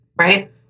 Right